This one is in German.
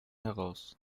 heraus